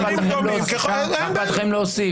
לכם להוסיף?